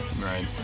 Right